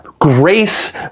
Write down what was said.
grace